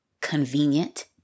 convenient